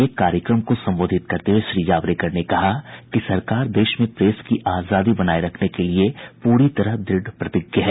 एक कार्यक्रम को संबोधित करते हुए श्री जावड़ेकर ने कहा कि सरकार देश में प्रेस की आजादी बनाए रखने के लिए पूरी तरह दुढ़ प्रतिज्ञ है